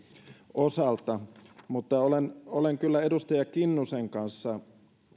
osalta mutta olen olen kyllä edustaja kinnusen kanssa